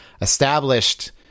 established